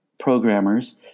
programmers